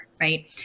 right